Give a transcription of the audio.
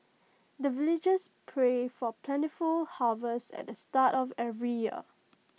the villagers pray for plentiful harvest at the start of every year